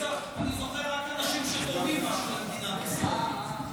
אני זוכר רק אנשים שתורמים משהו למדינת ישראל.